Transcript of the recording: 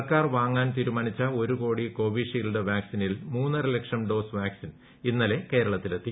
സർക്കാർ വാങ്ങാൻ തീരുമാനിച്ച ഒരു കോടി കോവിഷീൽഡ് വാക്സിനിൽ മൂന്നര ലക്ഷം ഡോസ് വാക്സിൻ ഇന്നലെ കേരളത്തിലെത്തി